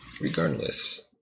regardless